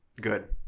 good